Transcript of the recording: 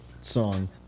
song